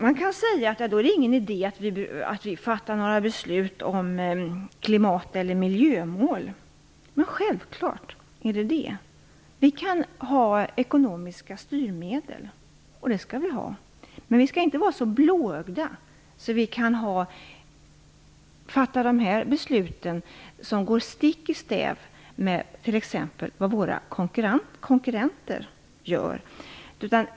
Man kan säga att det inte är någon idé att vi fattar några beslut om miljömål, men det är det självfallet. Vi kan ha ekonomiska styrmedel, men vi skall inte vara så blåögda att vi fattar beslut som går stick i stäv mot vad t.ex. våra konkurrenter gör.